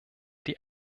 die